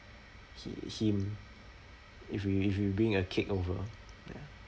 he him if we if we bring a cake over ya